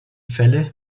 fälle